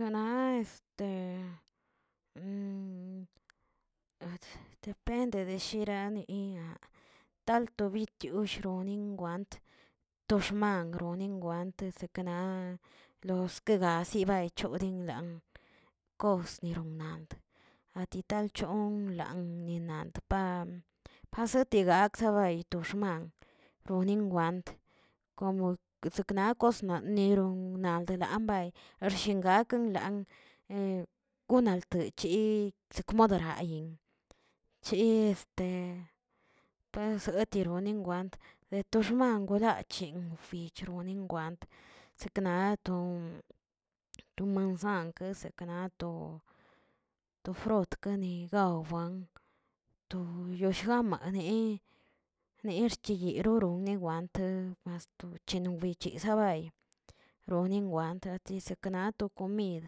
Na este depende de shiraninaꞌ taltio bitush rani want to xman groni want sekena loske bazi zegayicholi lanꞌ kos nironand, atitalchon ninalt pan gazetigakz sebay do xman ronin want como sekna kosna nerón nalda lenbay xshingakeꞌ lanꞌ, gunalte chiꞌ sekmoderayin chi este pasoritoni want to xman gulachin firnochin want sekna to to mansanke sekna to to frot kani gawban to yoshgamane neerchoyoneren wan te mastu chenowichesabay ronin, want chesakenakwa tokomid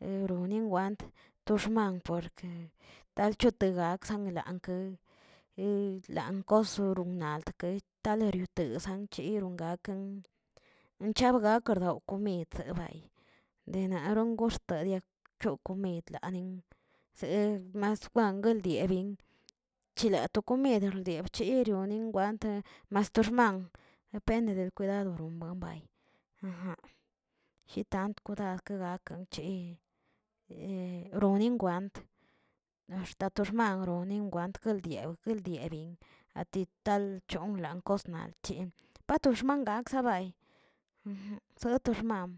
neroni want to xman porke talcho kegakzanldaa ke lans kosonoranaltke laleriotezann cheriongakə enchabgakerdaw komid ke bay de naron koxt de koo komid lanin, se ma kwan galdieꞌn chela to komid lde chebriorin wante ast to xman depende del cuidadp romabbay jitant kwidad ke gakan ronen want axta to xman ronen want kaldian kaldiabin, atitan chonlas kosnalyen patoxman gakzebay solo to xman.